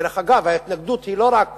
דרך אגב, ההתנגדות היא לא רק